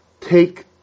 take